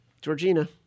Georgina